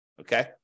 okay